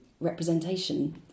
representation